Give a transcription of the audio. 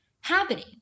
happening